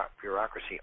bureaucracy